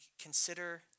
consider